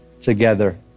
together